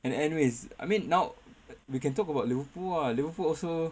and anyways I mean now we can talk about Liverpool ah Liverpool also